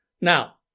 Now